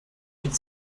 liegt